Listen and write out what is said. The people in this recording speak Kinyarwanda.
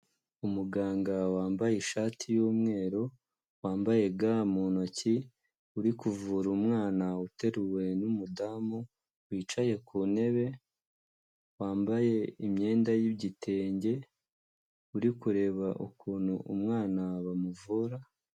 Umuganga wambaye ishati y'umweru wambaye ga mu ntoki, uri kuvura umwana uteruwe n'umudamu wicaye ku ntebe, wambaye imyenda y'igitenge uri kureba ukuntu umwana bamuvura.